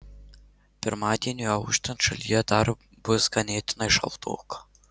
pirmadieniui auštant šalyje dar bus ganėtinai šaltoka